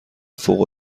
فوق